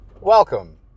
welcome